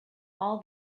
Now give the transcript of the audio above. all